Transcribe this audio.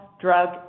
drug